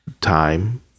time